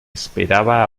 esperaba